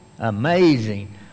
Amazing